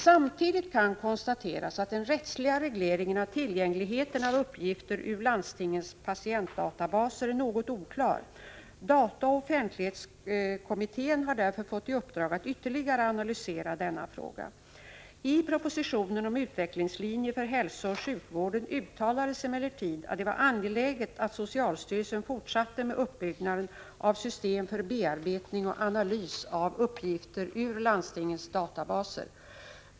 Samtidigt kan konstateras att den rättsliga regleringen av tillgängligheten Prot. 1985 85:181) om utvecklingslinjer för hälso SERA och sjukvården uttalades emellertid att det var angeläget att socialstyrelsen ner på ett slutenvårdsa ; fegister fortsatte med uppbyggnaden av system för bearbetning och analys av uppgifter ur landstingens databaser.